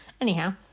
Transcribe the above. Anyhow